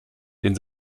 den